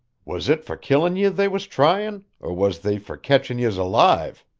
was it for killin' ye they was tryin', or was they for catchin' yez alive?